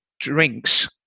drinks